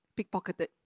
pickpocketed